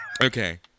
Okay